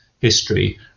history